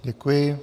Děkuji.